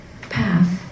path